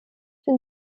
bin